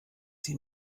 sie